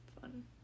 fun